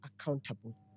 accountable